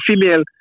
female